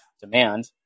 demand